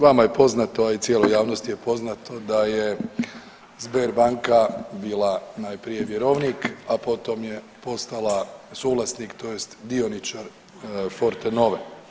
Vama je poznato, a i cijeloj javnosti je poznato da je Sberbanka najprije bila najprije vjerovnika, a potom je postala suvlasnik, tj. dioničar Fortenove.